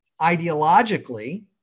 ideologically